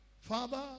Father